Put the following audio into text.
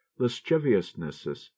lasciviousnesses